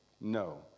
No